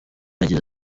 yagize